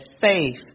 faith